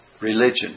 religion